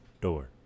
Door